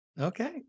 Okay